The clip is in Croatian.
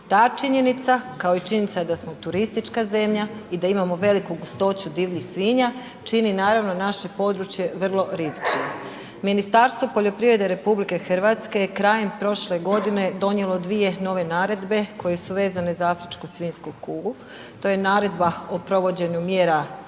Ta činjenica, kao i činjenica da smo turistička zemlja i da imamo veliku gustoću divljih svinja, čini naravno naše područje vrlo rizičnim. Ministarstvo poljoprivrede RH je krajem prošle godine donijelo dvije nove naredbe koje su vezane za afričku svinjsku kugu, to je Naredba o provođenju mjera